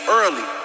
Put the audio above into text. early